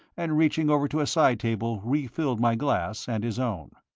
and reaching over to a side-table refilled my glass and his own.